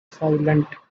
silent